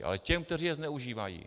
Ale těm, kteří je zneužívají.